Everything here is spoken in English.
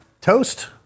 toast